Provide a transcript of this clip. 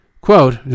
Quote